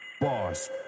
Boss